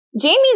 Jamie's